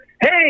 hey